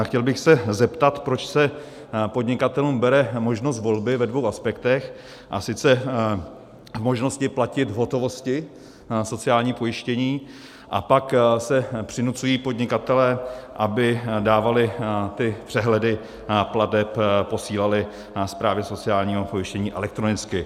Chtěl bych se zeptat, proč se podnikatelům bere možnost volby ve dvou aspektech, a sice v možnosti platit v hotovosti sociální pojištění a pak se přinucují podnikatelé, aby přehledy plateb posílali na správy sociálního pojištění elektronicky.